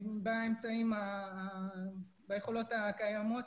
ביכולות הקיימות,